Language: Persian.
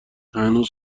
هنوز